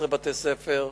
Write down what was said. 11 בתי-ספר,